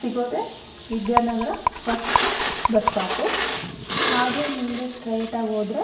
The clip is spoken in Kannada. ಸಿಗೋದೆ ವಿದ್ಯಾನಗರ ಫಸ್ಟ್ ಬಸ್ ಸ್ಟಾಪು ಹಾಗೆ ಮುಂದೆ ಸ್ಟ್ರೈಟಾಗಿ ಹೋದರೆ